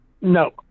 No